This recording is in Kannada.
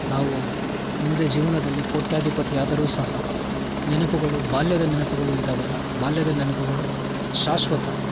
ನಾವು ಮುಂದೆ ಜೀವನದಲ್ಲಿ ಕೋಟ್ಯಧಿಪತಿಯಾದರೂ ಸಹ ನೆನಪುಗಳು ಬಾಲ್ಯದ ನೆನಪುಗಳು ಇದ್ದಾವಲ್ಲ ಬಾಲ್ಯದ ನೆನಪುಗಳು ಶಾಶ್ವತ